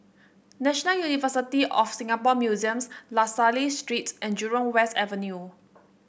National University of Singapore Museums La Salle Street and Jurong West Avenue